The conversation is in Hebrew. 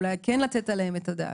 אולי כן לתת עליהם את הדעת.